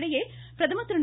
இதனிடையே பிரதம் திரு